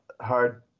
hard